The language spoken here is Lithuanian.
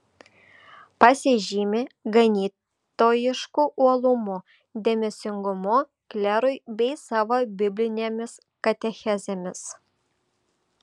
pasižymi ganytojišku uolumu dėmesingumu klerui bei savo biblinėmis katechezėmis